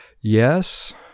yes